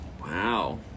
Wow